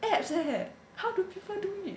abs leh how do people do it